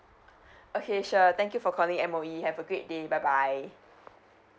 okay sure thank you for calling M_O_E have a great day bye bye